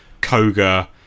Koga